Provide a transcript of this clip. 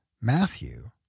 Matthew